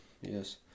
Yes